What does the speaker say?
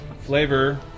Flavor